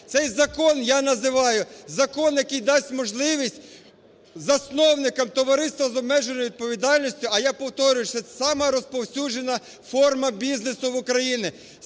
Цей закон я називаю, закон, який дасть можливість засновникам товариств з обмеженою відповідальністю, а я повторюю, що це сама розповсюджена форма бізнесу в Україні,